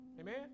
Amen